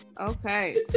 Okay